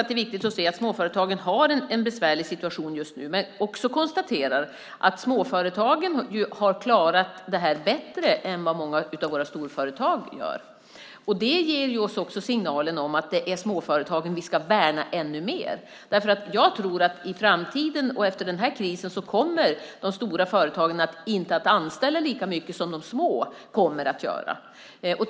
Det är viktigt att se att småföretagen har en besvärlig situation just nu, men jag konstaterar också att småföretagen har klarat det hela bättre än många av våra storföretag har. Det ger oss också signalen att det är småföretagen som vi ska värna ännu mer. I framtiden, efter den här krisen, tror jag att de stora företagen inte kommer att anställa lika mycket som de små kommer att göra.